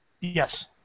yes